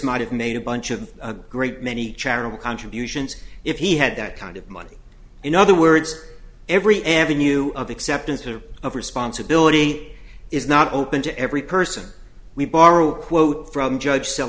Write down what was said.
might have made a bunch of great many charitable contributions if he had that kind of money in other words every avenue of acceptance or of responsibility is not open to every person we borrow quote from judge s